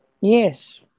Yes